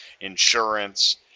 insurance